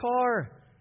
car